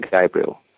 Gabriel